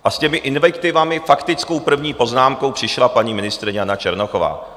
S těmi invektivami, faktickou první poznámkou, přišla paní ministryně Jana Černochová.